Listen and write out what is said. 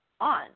on